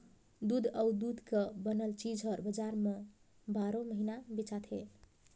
दूद अउ दूद के बनल चीज हर बजार में बारो महिना बेचाथे